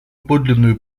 подлинную